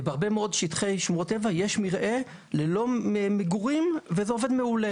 בהרבה מאוד שטחי שמורות טבע יש מרעה ללא מגורים וזה עובד מעולה.